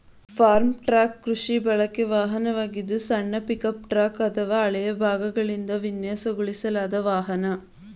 form truck ಕೃಷಿ ಬಳಕೆ ವಾಹನವಾಗಿದ್ದು ಸಣ್ಣ ಪಿಕಪ್ ಟ್ರಕ್ ಅಥವಾ ಹಳೆಯ ಭಾಗಗಳಿಂದ ವಿನ್ಯಾಸಗೊಳಿಸಲಾದ ವಾಹನ